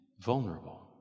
vulnerable